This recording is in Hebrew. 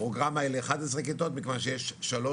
הפרוגרמה אלה 11 כיתות, מכיוון שיש 3